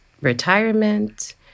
retirement